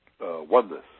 oneness